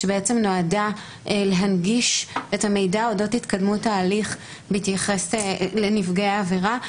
שנועדה להנגיש את המידע אודות התקדמות ההליך בהתייחס לנפגעי העבירה.